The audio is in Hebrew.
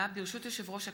ברשות יושב-ראש הכנסת,